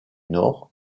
nord